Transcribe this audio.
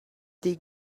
des